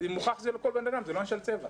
זה לא עניין של צבע.